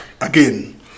again